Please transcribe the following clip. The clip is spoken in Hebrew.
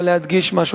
אבל להדגיש משהו,